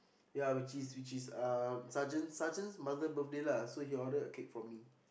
ya which is which is um sergeant sergeant's mother birthday lah so he order a cake from me